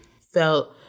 felt